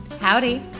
Howdy